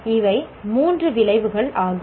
இவை 3 விளைவுகளாகும்